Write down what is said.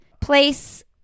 place